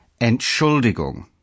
Entschuldigung